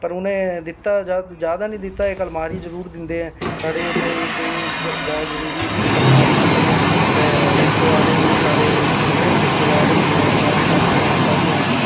पर उ'नें दित्ता जैदा निं दित्ता इक अलमारी जरूर दिंदे न साढे बिच जैदा जरूरी ऐ कि निं इक अलमारी कपड़े ते रिश्तेंदारें ई सारे जिन्ने बी रिश्तेदार होंदे आं चाहे चाचियां ताइयां